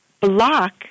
block